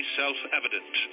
self-evident